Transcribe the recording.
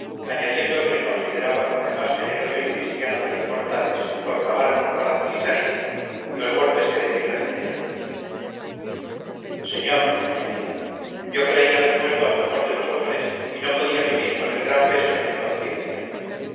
añadiendo que le consideraba como el más generoso y cristiano de los mortales por pagar con abrazos y cariños los golpes que de mí recibiera señor añadí yo creí haber muerto al mejor de los hombres y no podía vivir con el gran peso de mi conciencia